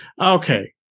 Okay